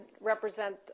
represent